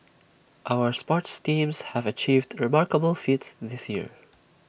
our sports teams have achieved remarkable feats this year